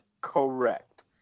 Correct